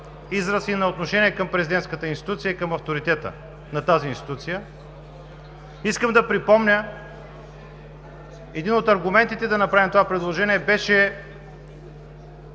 израз и на отношение към президентската институция, към авторитета на тази институция. Искам да припомня, един от аргументите да направим това предложение беше,